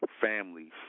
families